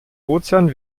ozean